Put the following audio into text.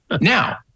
Now